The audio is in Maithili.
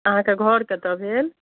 अहाँके घर कतऽ भेल